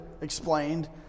explained